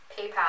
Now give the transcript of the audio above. Paypal